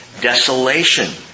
Desolation